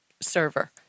server